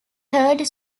third